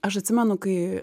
aš atsimenu kai